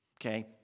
okay